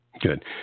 Good